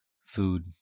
food